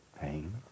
Pain